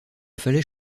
fallait